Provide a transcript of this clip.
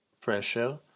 pressure